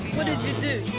what did you do?